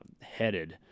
headed